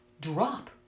drop